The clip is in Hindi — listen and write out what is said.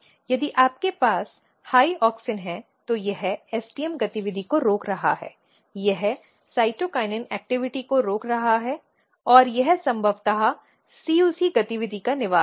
यदि आपके पास उच्च ऑक्सिन है तो यह STM गतिविधि को रोक रहा है यह साइटोकिनिन गतिविधि को रोक रहा है और यह संभवतः CUC गतिविधि का निवास है